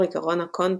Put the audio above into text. לאור עקרון הקונטקסט,